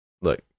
Look